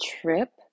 trip